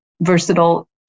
versatile